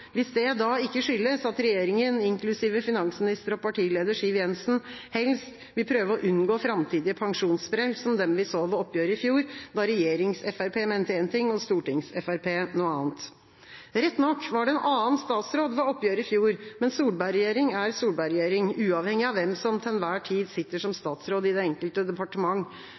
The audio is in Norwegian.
hvis det da ikke skyldes at regjeringa, inklusiv finansminister og partileder Siv Jensen, helst vil prøve å unngå framtidige pensjonssprell som dem vi så ved oppgjøret i fjor, da «regjerings-FrP» mente én ting og «stortings-FrP» noe annet. Rett nok var det en annen statsråd ved oppgjøret i fjor, men Solberg-regjering er Solberg-regjering, uavhengig av hvem som til enhver tid sitter som statsråd i det enkelte departement.